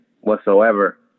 whatsoever